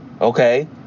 okay